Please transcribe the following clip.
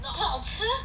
不好吃